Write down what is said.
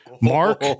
Mark